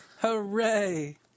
Hooray